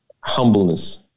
humbleness